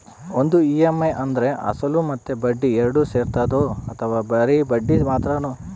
ಒಂದು ಇ.ಎಮ್.ಐ ಅಂದ್ರೆ ಅಸಲು ಮತ್ತೆ ಬಡ್ಡಿ ಎರಡು ಸೇರಿರ್ತದೋ ಅಥವಾ ಬರಿ ಬಡ್ಡಿ ಮಾತ್ರನೋ?